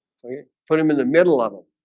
you put him in the middle of them